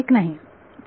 1 नाही